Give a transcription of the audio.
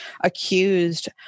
accused